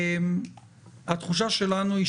ההבנה שלנו את